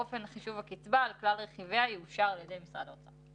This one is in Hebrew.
אופן חישוב הקצבה על כלל רכיביה יאושר על ידי משרד האוצר.